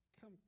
come